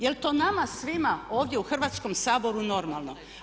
Jel' to nama svima ovdje u Hrvatskom saboru normalno?